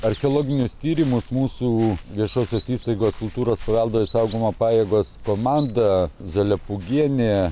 archeologinius tyrimus mūsų viešosios įstaigos kultūros paveldo išsaugojimo pajėgos komanda zalepugienė